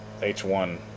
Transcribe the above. H1